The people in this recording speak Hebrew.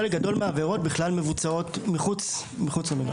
חלק גדול מהעבירות מבוצעות בכלל מחוץ למגרש.